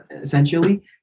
essentially